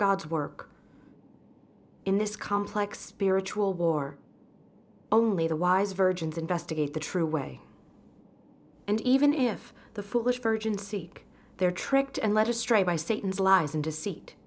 god's work in this complex spiritual war only the wise virgins investigate the true way and even if the foolish virgins seek their tricked and let astray by satan's lies and deceit